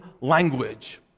language